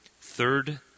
third